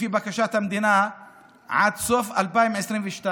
לפי בקשת המדינה, עד סוף 2022,